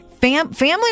Family